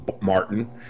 Martin